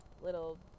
little